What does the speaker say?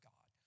God